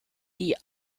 die